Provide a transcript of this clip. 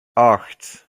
acht